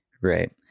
right